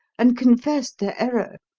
and confessed their error,